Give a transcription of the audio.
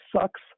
sucks